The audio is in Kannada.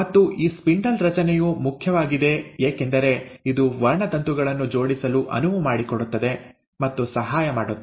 ಮತ್ತು ಈ ಸ್ಪಿಂಡಲ್ ರಚನೆಯು ಮುಖ್ಯವಾಗಿದೆ ಏಕೆಂದರೆ ಇದು ವರ್ಣತಂತುಗಳನ್ನು ಜೋಡಿಸಲು ಅನುವು ಮಾಡಿಕೊಡುತ್ತದೆ ಮತ್ತು ಸಹಾಯ ಮಾಡುತ್ತದೆ